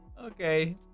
Okay